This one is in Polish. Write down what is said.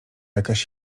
jakaś